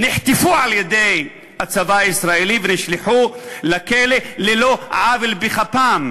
נחטפו על-ידי הצבא הישראלי ונשלחו לכלא על לא עוול בכפם.